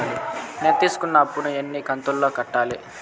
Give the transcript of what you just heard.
నేను తీసుకున్న అప్పు ను ఎన్ని కంతులలో కట్టాలి?